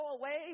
away